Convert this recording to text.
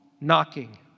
Knocking